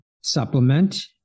supplement